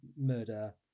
murder